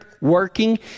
working